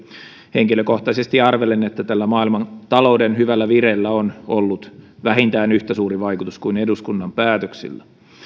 henkilökohtaisesti arvelen että tällä maailmantalouden hyvällä vireellä on ollut vähintään yhtä suuri vaikutus kuin eduskunnan päätöksillä